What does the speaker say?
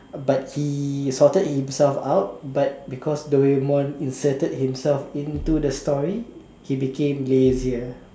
but he sorted himself out but because Doraemon inserted himself into the story he became lazier